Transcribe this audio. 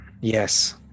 Yes